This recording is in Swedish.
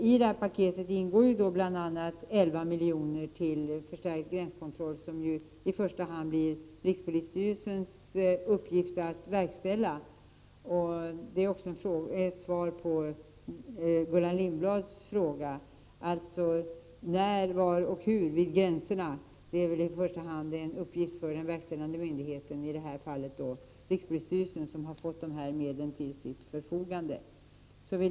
I detta paket ingår bl.a. 11 miljoner till förstärkt gränskontroll, som det i första hand blir rikspolisstyrelsens uppgift att verkställa. Det är också ett svar på Gullan Lindblads fråga, om när, var och hur det skall göras någonting vid gränserna. Det är i första hand en uppgift för den verkställande myndigheten, dvs. i detta fall rikspolisstyrelsen, som har fått dessa medel till sitt förfogande.